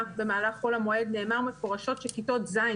במהלך חול המועד נאמר מפורשות שכיתות ז',